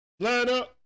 lineup